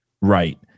right